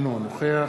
אינו נוכח